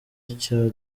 icyaha